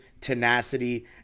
tenacity